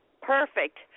perfect